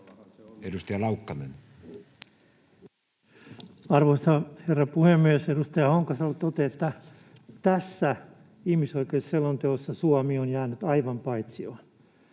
15:10 Content: Arvoisa herra puhemies! Edustaja Honkasalolle totean, että tässä ihmisoikeusselonteossa Suomi on jäänyt aivan paitsioon.